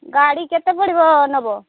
ଗାଡ଼ି କେତେ ପଡ଼ିବ ନେବ